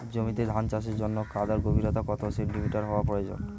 জমিতে ধান চাষের জন্য কাদার গভীরতা কত সেন্টিমিটার হওয়া প্রয়োজন?